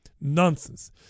Nonsense